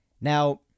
Now